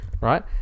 right